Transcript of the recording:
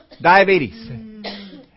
Diabetes